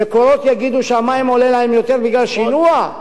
"מקורות" יגידו שהמים עולים להם יותר בגלל שינוע?